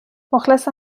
مخلص